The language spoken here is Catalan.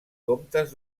comptes